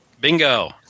Bingo